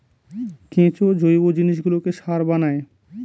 কেঁচো জৈব জিনিসগুলোকে সার বানায়